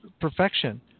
Perfection